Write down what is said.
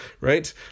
right